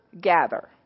gather